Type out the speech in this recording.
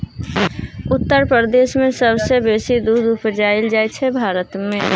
उत्तर प्रदेश मे सबसँ बेसी दुध उपजाएल जाइ छै भारत मे